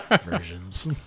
versions